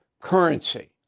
currency